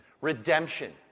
Redemption